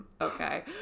Okay